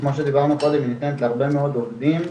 כמו שדיברנו קודם, שניתנת להרבה מאוד עובדים,